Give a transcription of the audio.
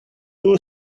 two